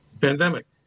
pandemic